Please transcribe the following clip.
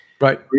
right